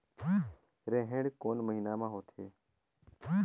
रेहेण कोन महीना म होथे?